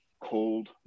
cold